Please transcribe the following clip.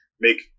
make